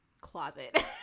closet